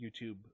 YouTube